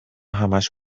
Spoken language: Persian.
همش